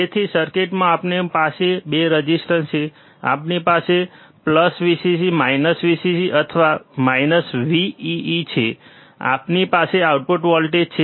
તેથી સર્કિટમાં આપણી પાસે બે રેઝિસ્ટર છે આપણી પાસે Vcc Vcc અથવા Vee છે આપણી પાસે આઉટપુટ વોલ્ટેજ છે